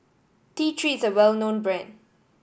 T Three is a well known brand